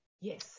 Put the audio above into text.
Yes